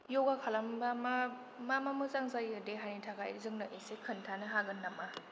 यगा खालामबा मा मा मा मोजां जायो देहानि थाखाय जोंनो इसे खोन्थानो हागोन नामा